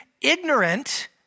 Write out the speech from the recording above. ignorant